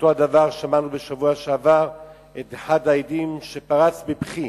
ואותו דבר שמענו בשבוע שעבר את אחד העדים שפרץ בבכי,